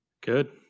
Good